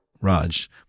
Raj